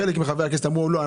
חלק מחברי הכנסת אמרו: לא,